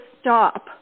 stop